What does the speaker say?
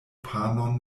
panon